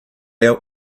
our